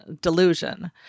delusion